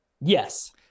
Yes